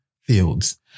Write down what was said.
fields